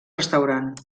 restaurant